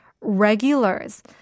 regulars